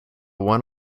one